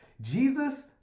Jesus